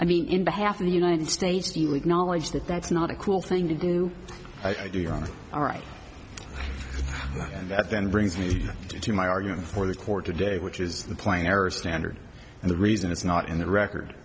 i mean in behalf of the united states you acknowledge that that's not a cool thing to do i do all right and that then brings me to my argument for the court today which is the playing error standard and the reason it's not in the record